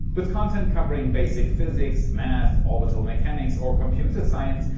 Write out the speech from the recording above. with content covering basic physics, math, orbital mechanics or computer science,